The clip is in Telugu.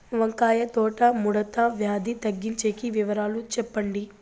వంకాయ తోట ముడత వ్యాధి తగ్గించేకి వివరాలు చెప్పండి?